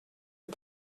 lui